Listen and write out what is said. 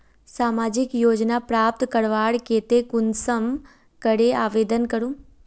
सामाजिक योजना प्राप्त करवार केते कुंसम करे आवेदन करूम?